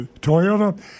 Toyota